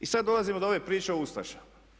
I sad dolazimo do ove priče o ustašama.